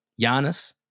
Giannis